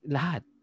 Lahat